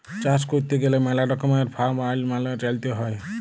চাষ ক্যইরতে গ্যালে ম্যালা রকমের ফার্ম আইল মালে চ্যইলতে হ্যয়